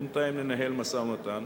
בינתיים ננהל משא-ומתן.